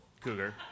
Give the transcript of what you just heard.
Cougar